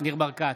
ניר ברקת,